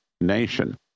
nation